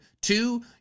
two